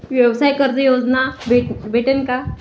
व्यवसाय कर्ज योजना भेटेन का?